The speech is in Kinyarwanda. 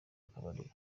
akabariro